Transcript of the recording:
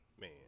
Man